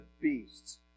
beasts